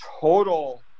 total